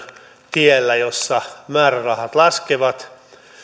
tiellä jossa määrärahat laskevat ja